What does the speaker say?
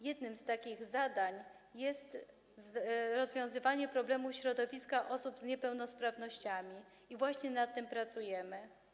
Jednym z takich zadań jest rozwiązywanie problemu środowiska osób z niepełnosprawnościami i właśnie nad tym pracujemy.